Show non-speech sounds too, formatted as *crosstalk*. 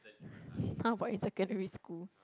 *breath* how about in secondary school